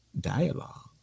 dialogue